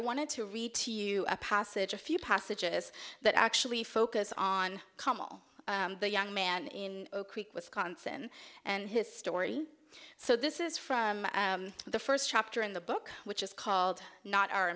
wanted to read to you a passage a few passages that actually focus on kamel the young man in oak creek wisconsin and his story so this is from the first chapter in the book which is called not